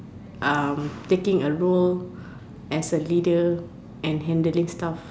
um taking a role as a leader and handling stuff